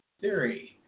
theory